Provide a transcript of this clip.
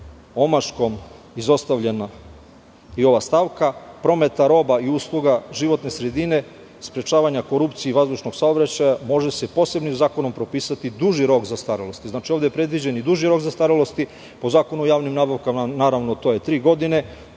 omaškom izostavljena i ova stavka, prometa roba i usluga životne sredine, sprečavanja korupcije i vazdušnog saobraćaja, može se posebnim zakonom propisati duži rok zastarelosti. Znači, ovde je predviđen duži rok zastarelosti, po Zakonu o javnim nabavkama naravno to je tri godine